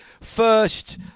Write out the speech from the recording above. first